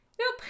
Nope